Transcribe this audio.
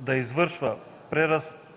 да извършва презастрахователна